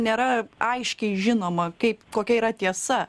nėra aiškiai žinoma kaip kokia yra tiesa